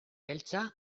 beltza